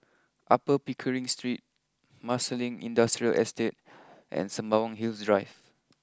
Upper Pickering Street Marsiling Industrial Estate and Sembawang Hills Drive